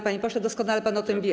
Panie pośle, doskonale pan o tym wie.